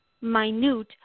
minute